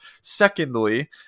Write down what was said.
Secondly